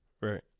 Right